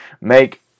make